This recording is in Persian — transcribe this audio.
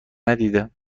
ندیده